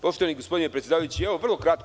Poštovani gospodine predsedavajući, vrlo kratko.